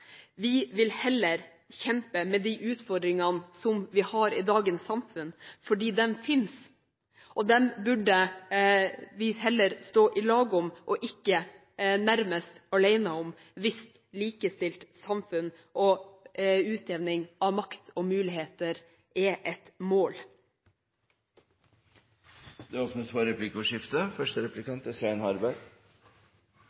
Vi vil heller kjempe mot de utfordringene vi har i dagens samfunn, for de finnes, og dette burde vi heller stå sammen om – og ikke nærmest alene om – hvis et likestilt samfunn og utjevning av makt og muligheter er et mål. Det åpnes for replikkordskifte.